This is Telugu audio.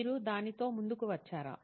మీరు దానితో ముందుకు వచ్చారా